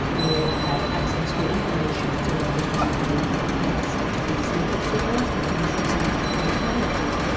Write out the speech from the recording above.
will have access to information so that they can make an informed choice between smoking cigarettes, between choosing a better alternative.